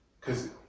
Cause